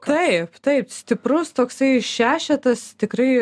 taip taip stiprus toksai šešetas tikrai